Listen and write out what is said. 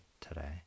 today